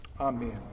Amen